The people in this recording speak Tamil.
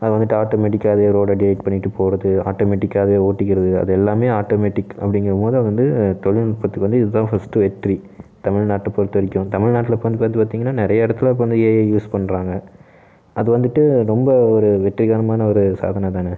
அது வந்து ஆட்டோமெட்டிக்காக அதுவே ரோடை டிவேட் பண்ணிகிட்டு போகிறது ஆட்டோமெட்டிக்காகவே ஓட்டிக்கிறது அது எல்லாமே ஆட்டோமேட்டிக் அப்படிங்கும் போது வந்து தொழில்நுட்பத்துக்கு வந்து இது தான் ஃபர்ஸ்ட்டு வெற்றி தமிழ்நாட்டை பொறுத்தவரைக்கும் தமிழ்நாட்டில் இப்போதுனு வந்து பார்த்தீங்கன்னா நிறையா இடத்துல இப்போ அந்த ஏஐ யூஸ் பண்ணுறாங்க அது வந்துட்டு ரொம்ப ஒரு வெற்றிகரமான ஒரு சாதனை தானே